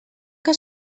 que